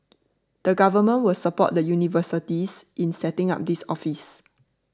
the Government will support the universities in setting up this office